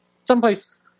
Someplace